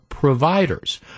Providers